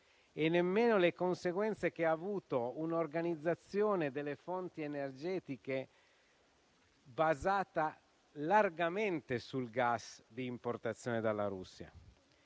e nemmeno le conseguenze che ha avuto un'organizzazione delle fonti energetiche basata largamente sul gas di importazione dalla Russia.